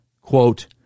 quote